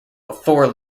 before